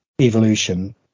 Evolution